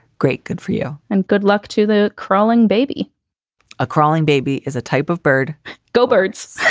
great, good for you and good luck to the crawling baby a crawling baby is a type of bird gilberts.